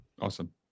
Awesome